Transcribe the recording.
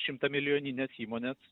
šimtamilijoninės įmonės